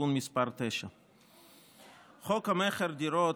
(תיקון מס' 9). חוק המכר (דירות),